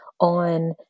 on